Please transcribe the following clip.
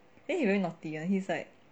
then he very naughty [one] he's like